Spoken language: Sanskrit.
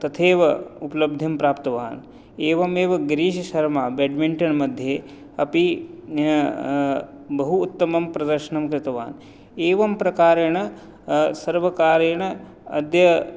तथैव उपलब्धिं प्राप्तवान् एवमेव गिरीशशर्मा बेड्मिण्टन् मध्ये अपि बहु उत्तमं प्रदर्शनं कृतवान् एवं प्रकारेण सर्वकारेण अद्य